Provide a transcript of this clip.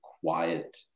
quiet